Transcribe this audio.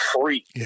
free